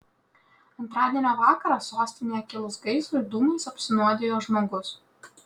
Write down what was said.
antradienio vakarą sostinėje kilus gaisrui dūmais apsinuodijo žmogus